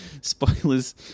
Spoilers